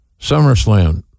SummerSlam